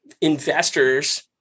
Investors